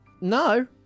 No